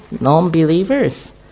non-believers